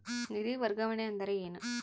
ನಿಧಿ ವರ್ಗಾವಣೆ ಅಂದರೆ ಏನು?